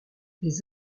les